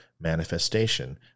manifestation